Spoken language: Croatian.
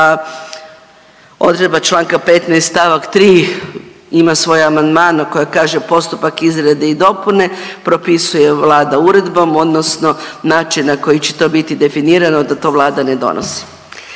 da odredba članka 15. stavak 3. ima svoj amandman koji kaže: „Postupak izrade i dopune propisuje Vlada uredbom, odnosno način na koji će to biti definirano da to Vlada ne donosi.“